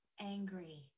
angry